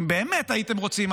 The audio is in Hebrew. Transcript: אם באמת הייתם רוצים,